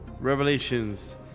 Revelations